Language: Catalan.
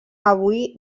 avui